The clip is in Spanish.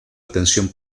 atención